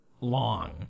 long